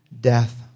death